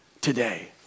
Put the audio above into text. Today